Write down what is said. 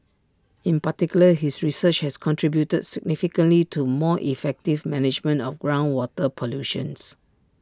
in particular his research has contributed significantly to more effective management of groundwater pollution